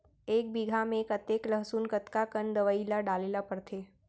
एक बीघा में कतेक लहसुन कतका कन दवई ल डाले ल पड़थे?